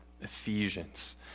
Ephesians